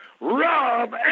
Rob